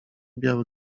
biały